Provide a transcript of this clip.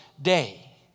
day